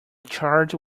charged